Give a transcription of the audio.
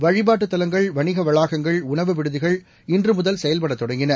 வழிபாட்டுத் தலங்கள் வணிகவளாகங்கள் உணவு விடுதிகள் இன்றுமுதல் செயல்படதொடங்கின